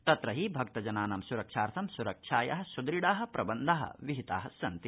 तत्र हि भक्तजनानां सुरक्षार्थं सुरक्षाया सुदृढा प्रबंधा विहिता सन्ति